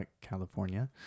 California